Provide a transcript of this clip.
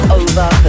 over